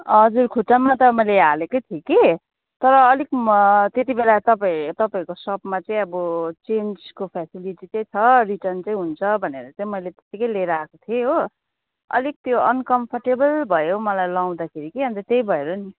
हजुर खुट्टामा त मैले हालेकै थिएँ कि तर अलिक म त्यतिबेला तपाईँ तपईँहरूको सपमा चाहिँ अब चेन्जको फेसिलिटी चाहिँ छ रिटर्न चाहिँ हुन्छ भनेर चाहिँ मैले त्यतिकै लिएर आएको थिएँ हो अलिक त्यो अन्कम्फोर्टेबल भयो हौ मलाई लगाउँदाखेरि कि अन्त त्यही भएर नि